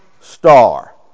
star